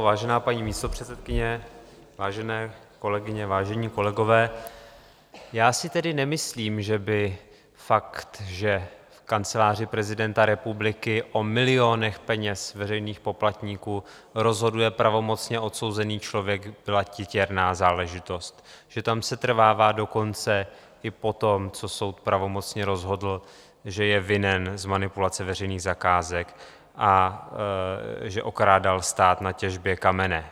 Vážená paní místopředsedkyně, vážené kolegyně, vážení kolegové, já si tedy nemyslím, že by fakt, že v Kanceláři prezidenta republiky o milionech peněz veřejných poplatníků rozhoduje pravomocně odsouzený člověk, byla titěrná záležitost, že tam setrvává dokonce i potom, co soud pravomocně rozhodl, že je vinen z manipulace veřejných zakázek a že okrádal stát na těžbě kamene.